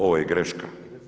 Ovo je greška.